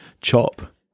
chop